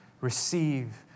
receive